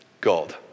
God